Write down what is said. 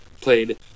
played